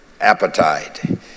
appetite